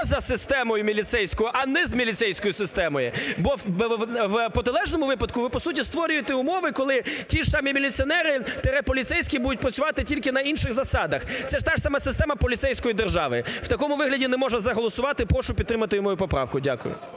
поза системою міліцейською, а не з міліцейської системи. Бо в протилежному випадку ви, по суті, створюєте умови, коли ті ж самі міліціонери-поліцейські будуть працювати, тільки на інших засадах. Це та ж сама система поліцейської держави. В такому вигляді не можна за це голосувати. Прошу підтримати мою поправку. Дякую.